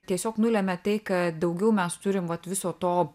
tiesiog nulemia tai kad daugiau mes turim vat viso to